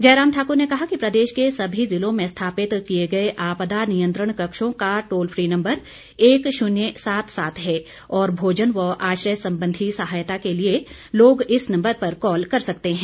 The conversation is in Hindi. जयराम ठाक्र ने कहा कि प्रदेश के सभी जिलों में स्थापित किए गए आपदा नियंत्रण कक्षों का टोल फ्री नम्बर एक शून्य सात सात है और भोजन व आश्रय संबंधी सहायता के लिए लोग इस नंबर पर कॉल कर सकते हैं